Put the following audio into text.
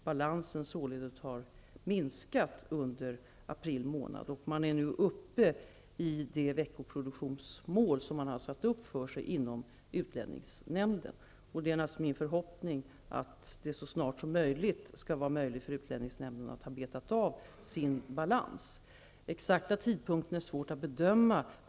Balansen har således minskat under april månad, och man är nu uppe i det veckoproduktionsmål som man har satt upp. Det är naturligtvis min förhoppning att utlänningsnämnden så snart som möjligt skall ha betat av sin balans. Den exakta tidpunkten är svår att bedöma.